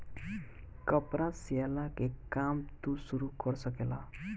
कपड़ा सियला के काम तू शुरू कर सकेला